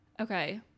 Okay